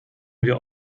wir